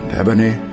ebony